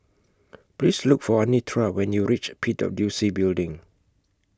Please Look For Anitra when YOU REACH P W C Building